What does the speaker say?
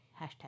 hashtag